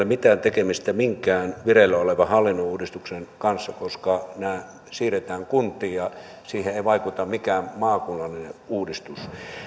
mitään tekemistä minkään vireillä olevan hallinnonuudistuksen kanssa koska nämä siirretään kuntiin ja siihen ei vaikuta mikään maakunnallinen uudistus